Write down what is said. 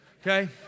okay